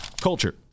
Culture